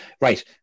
Right